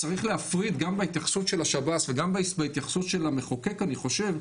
צריך להפריד גם בהתייחסות של השב"ס וגם בהתייחסות של המחוקק אני חושב,